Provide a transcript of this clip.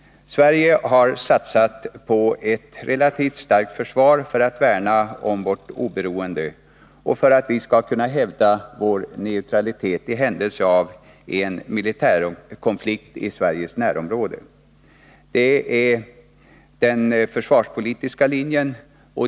Sverige har satsat på ett relativt starkt försvar för att vi skall kunna värna om vårt oberoende och kunna hävda vår neutralitet i händelse av en militärkonflikt i Sveriges närområde. Det är den försvarspolitiska linjen.